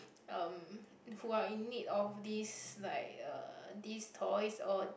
um who are in need of this like uh these toys or